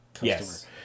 Yes